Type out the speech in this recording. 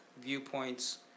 viewpoints